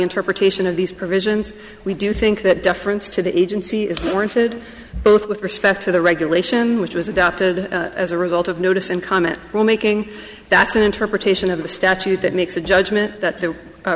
interpretation of these provisions we do think that deference to the agency is warranted both with respect to the regulation which was adopted as a result of notice and comment we're making that's an interpretation of the statute that makes a judgment